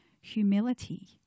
humility